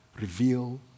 reveal